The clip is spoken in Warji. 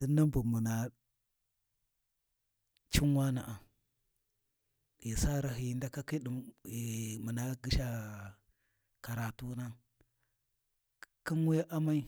Dinnan bu muna cin wana’a ghi sa rahyiyi muna ghi gyisha karatuna khin wuya Amai